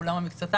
כולם או מקצתם,